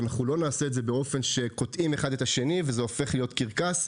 לא נעשה את זה באופן שקוטעים זה את זה וזה הופך להיות קרקס.